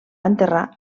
enterrar